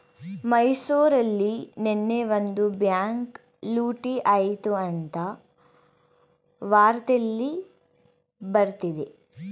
ಮೈಸೂರಲ್ಲಿ ನೆನ್ನೆ ಒಂದು ಬ್ಯಾಂಕ್ ಲೂಟಿ ಆಯ್ತು ಅಂತ ವಾರ್ತೆಲ್ಲಿ ಬರ್ತಿದೆ